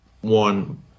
one